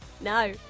No